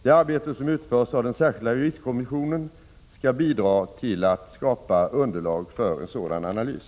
Det arbete som utförs av den särskilda juristkommissionen skall bidra till att skapa underlag för en sådan analys.